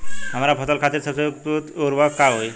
हमार फसल खातिर सबसे उपयुक्त उर्वरक का होई?